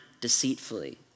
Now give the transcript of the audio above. deceitfully